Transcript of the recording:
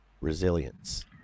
resilience